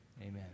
amen